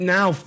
now